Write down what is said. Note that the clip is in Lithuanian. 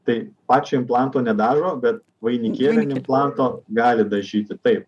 tai pačio implanto nedažo be vainikėlį implanto gali dažyti tai